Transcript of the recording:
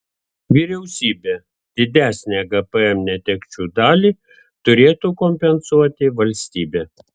vyriausybė didesnę gpm netekčių dalį turėtų kompensuoti valstybė